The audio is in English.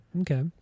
Okay